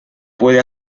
puede